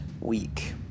week